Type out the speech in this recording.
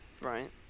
right